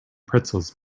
pretzels